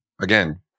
again